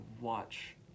watch